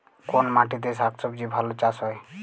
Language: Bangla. কোন মাটিতে শাকসবজী ভালো চাষ হয়?